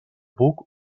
buc